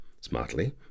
Smartly